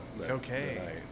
Okay